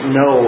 no